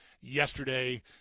yesterday